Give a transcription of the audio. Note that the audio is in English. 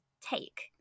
take